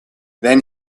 then